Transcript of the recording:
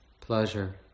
pleasure